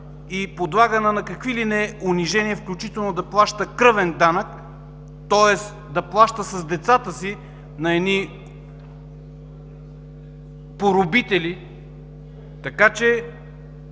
и подлагана на какви ли не унижения, включително да плаща кръвен данък, тоест да плаща с децата си на едни поробители. Въпрос